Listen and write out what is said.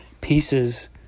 pieces